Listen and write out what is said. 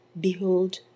Behold